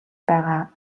байгаа